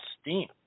steam